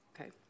Okay